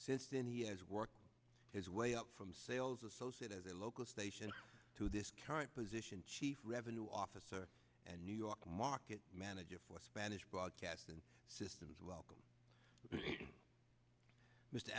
since then he has worked his way up from sales associate as a local station to this current position chief revenue officer and new york market manager for spanish broadcasting systems welcome m